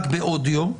באודיו.